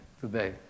today